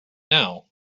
now